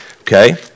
Okay